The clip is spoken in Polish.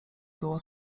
było